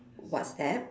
WhatsApp